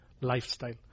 lifestyle